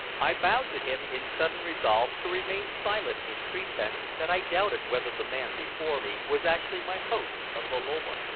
i bowed to him in sudden resolve to remain silent in pretense that i doubted whether the man before me was actually my host of the lola.